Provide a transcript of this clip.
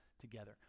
together